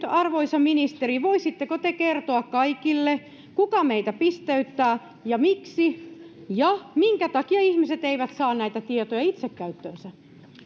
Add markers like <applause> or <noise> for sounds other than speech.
<unintelligible> arvoisa ministeri voisitteko te kertoa kaikille kuka meitä pisteyttää ja miksi ja minkä takia ihmiset eivät saa näitä tietoja itse käyttöönsä